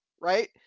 Right